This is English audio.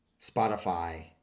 Spotify